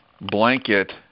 blanket